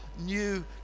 new